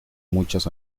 muchas